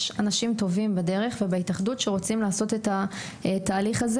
אנשים טובים בדרך ובהתאחדות שרוצים לעשות את התהליך הזה